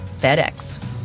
FedEx